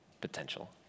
potential